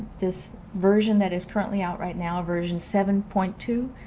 this version that is currently out right now, version seven point two,